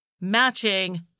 matching